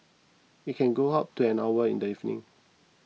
it can go up to an hour in the evening